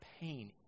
pain